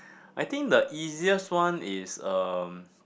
I think the easiest one is um